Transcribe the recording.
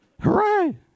hooray